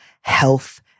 health